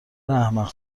احمق